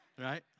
Right